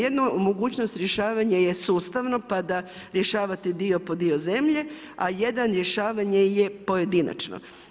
Jedna od mogućnosti rješavanja je sustavno pa da rješavate dio po dio zemlje a jedan rješavanje je pojedinačno.